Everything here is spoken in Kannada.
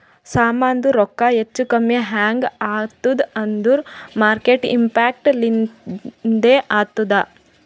ಸಾಮಾಂದು ರೊಕ್ಕಾ ಹೆಚ್ಚಾ ಕಮ್ಮಿ ಹ್ಯಾಂಗ್ ಆತ್ತುದ್ ಅಂದೂರ್ ಮಾರ್ಕೆಟ್ ಇಂಪ್ಯಾಕ್ಟ್ ಲಿಂದೆ ಆತ್ತುದ